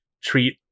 treat